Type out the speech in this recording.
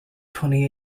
twenty